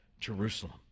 Jerusalem